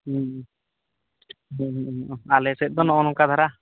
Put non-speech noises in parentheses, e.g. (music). ᱦᱮᱸ (unintelligible) ᱟᱞᱮᱥᱮᱫ ᱫᱚ ᱱᱚᱜᱼᱚ ᱱᱚᱝᱠᱟ ᱫᱷᱟᱨᱟ